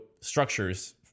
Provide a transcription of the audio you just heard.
structures